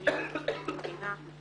אדוני נציב שירות המדינה,